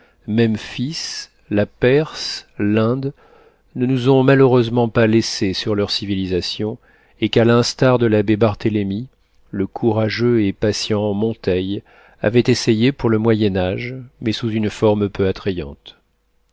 tyr memphis la perse l'inde ne nous ont malheureusement pas laissé sur leurs civilisations et qu'à l'instar de l'abbé barthélemy le courageux et patient monteil avait essayé pour le moyen-age mais sous une forme peu attrayante